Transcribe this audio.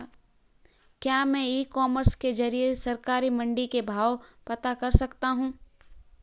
क्या मैं e commerce के ज़रिए सरकारी मंडी के भाव पता कर सकता हूँ?